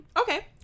okay